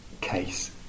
case